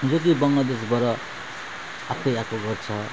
जति बङ्लादेशबाट आएकै आएको गर्छ